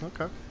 okay